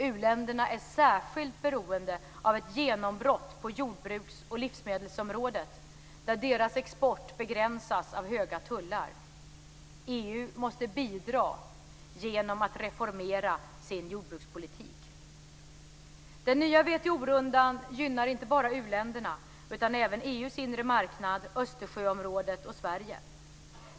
U-länderna är särskilt beroende av ett genombrott på jordbruksoch livsmedelsområdet där deras export begränsas av höga tullar. EU måste bidra genom att reformera sin jordbrukspolitik. Den nya WTO-rundan gynnar inte bara uländerna utan även EU:s inre marknad, Östersjöområdet och Sverige.